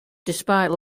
despite